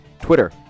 Twitter